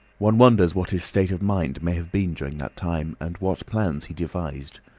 one wonders what his state of mind may have been during that time, and what plans he devised.